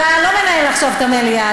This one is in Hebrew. אתה לא מנהל עכשיו את המליאה,